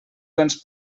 vents